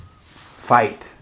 fight